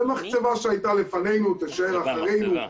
זה מחצבה שהייתה לפנינו, תישאר אחרינו.